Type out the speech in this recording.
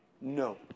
No